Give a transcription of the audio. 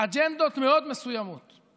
אג'נדות מסוימות מאוד.